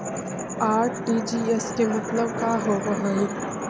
RTGS के मतलब का होव हई?